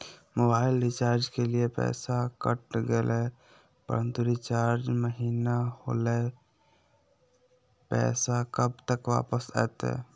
Mobile recharge के लिए पैसा कट गेलैय परंतु रिचार्ज महिना होलैय, पैसा कब तक वापस आयते?